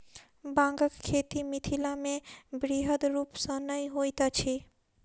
बांगक खेती मिथिलामे बृहद रूप सॅ नै होइत अछि